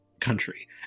country